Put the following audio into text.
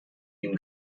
ihm